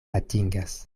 atingas